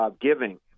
giving